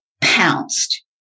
pounced